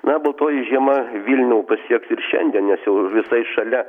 na baltoji žiema vilnių pasieks ir šiandien nes jau visai šalia